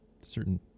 certain